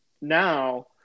now